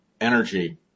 energy